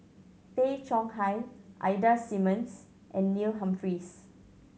Tay Chong Hai Ida Simmons and Neil Humphreys